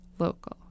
local